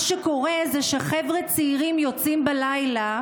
מה שקורה זה שחבר'ה צעירים יוצאים בלילה,